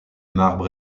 marbre